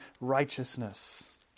righteousness